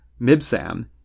Mibsam